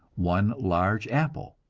one large apple,